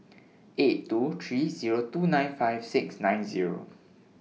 eight two three Zero two nine five six nine Zero